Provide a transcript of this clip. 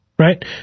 Right